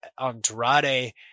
Andrade